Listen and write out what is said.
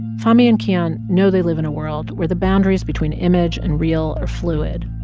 fahmee and keyhon know they live in a world where the boundaries between image and real are fluid,